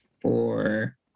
four